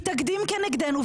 מתאגדים כנגדנו,